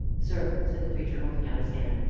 sir, said the preacher, holding out his hand,